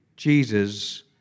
Jesus